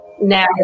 Now